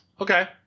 Okay